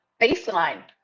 baseline